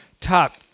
top